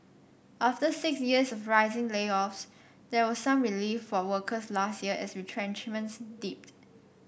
after six years of rising layoffs there was some relief for workers last year as retrenchments dipped